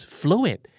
fluid